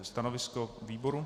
Stanovisko výboru?